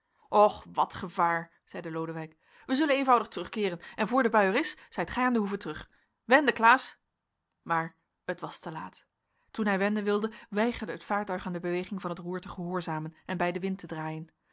och wat gevaar zeide lodewijk wij zullen eenvoudig terugkeeren en voor de bui er is zijt gij aan de hoeve terug wenden klaas maar het was te laat toen hij wenden wilde weigerde het vaartuig aan de beweging van het roer te gehoorzamen en bij de wind te draaien